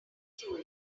through